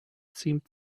seemed